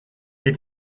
did